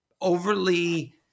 overly